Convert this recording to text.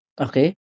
okay